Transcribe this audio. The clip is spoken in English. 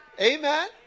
amen